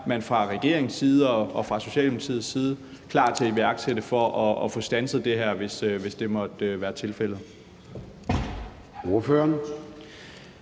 man fra regeringens og Socialdemokratiets side klar til at iværksætte for at få standset det her, hvis det måtte være tilfældet?